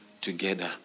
together